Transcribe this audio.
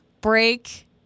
break